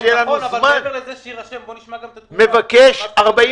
גם בית